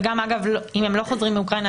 ואגב גם אם הם לא חוזרים מאוקראינה,